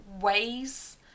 ways